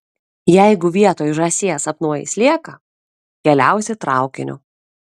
jeigu vietoj žąsies sapnuoji slieką keliausi traukiniu